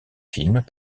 films